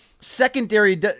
secondary